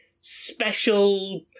special